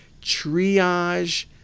Triage